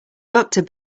doctor